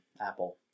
Apple